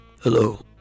hello